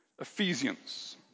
Ephesians